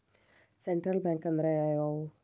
Central bank ಅಂದ್ರ ಯಾವ್ಯಾವು?